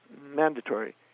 mandatory